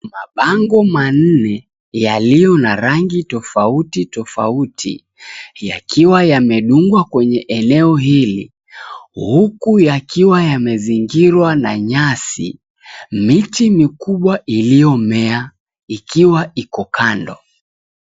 Mabango manne yaliyo na rangi tofauti tofauti, yakiwa yamedungwa kwenye eneo hili, ℎuku yakiwa yamezingirwa na nyasi, miti mikubwa iliyomea ikiwa iko kando.